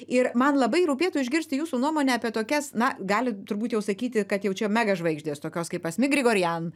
ir man labai rūpėtų išgirsti jūsų nuomonę apie tokias na gali turbūt jau sakyti kad jau čia mega žvaigždės tokios kaip asmik grigorian